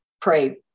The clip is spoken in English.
pray